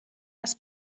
das